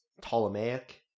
Ptolemaic